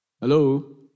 Hello